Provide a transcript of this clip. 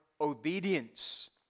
obedience